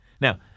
Now